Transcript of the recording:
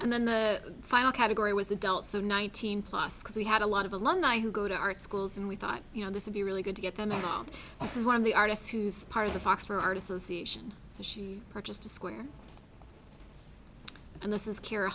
and then the final category was adult so nineteen plus because we had a lot of alumni who go to art schools and we thought you know this would be really good to get them in our house is one of the artists who's part of the fox for art association so she purchased a square and this is kar